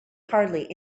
hardly